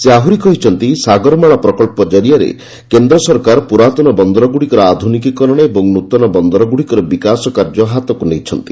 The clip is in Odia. ସେ ଆହୁରି କହିଛନ୍ତି' ସାଗରମାଳା ପ୍ରକଳ୍ପ ଜରିଆରେ କେନ୍ଦ୍ର ସରକାର ପୁରାତନ ବନ୍ଦର ଗୁଡିକର ଆଧୁନୀକରଣ ଓ ନୃତନ ବନ୍ଦରଗୁଡିକର ବିକାଶ କାର୍ଯ୍ୟ ହାତକୁ ନେଇଛନ୍ତି